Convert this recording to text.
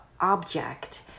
object